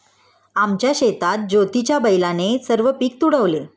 आमच्या शेतात ज्योतीच्या बैलाने सर्व पीक तुडवले